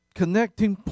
connecting